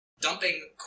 dumping